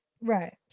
right